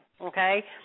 okay